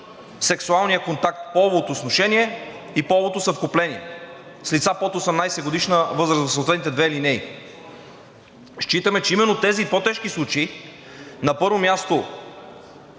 сексуалния контакт, половото сношение и половото съвкупление с лица под 18-годишна възраст в съответните две алинеи. Считаме, че именно тези по-тежки случаи, на първо място,